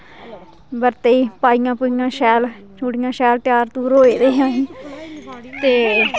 बर्ते च पाइयां शैल चूडियां शैल त्यार त्योर होई गे दे असी ते